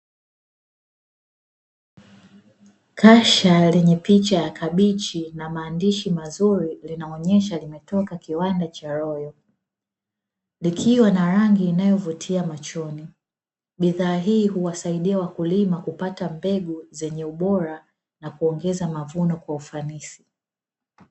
Kasha lenye picha ya kabichi na maandishi mazuri, linaonyesha limetoka kiwanda cha royo, likiwa na rangi inayovutia machoni. Bidhaa hii huwasaidia wakulima kupata mbegu zenye ubora na kuongeza mavuno kwa ufanisi.